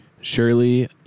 Surely